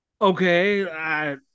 okay